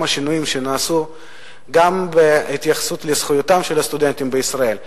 השינויים שנעשו גם בהתייחסות לזכויותיהם של הסטודנטים בישראל,